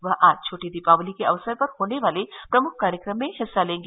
वह आज छोटी दीपावली के अवसर पर होने वाले प्रमुख कार्यक्रम में हिस्सा लेंगी